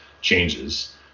changes